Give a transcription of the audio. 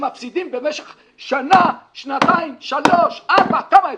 שמפסידים במשך שנה-שנתיים-שלוש-ארבע, כמה אפשר?